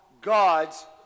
God's